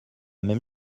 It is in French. même